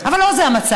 אבל לא זה המצב,